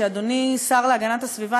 ואדוני השר להגנת הסביבה,